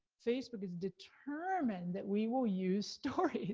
facebook is determined that we will use stories,